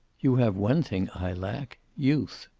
you have one thing i lack. youth.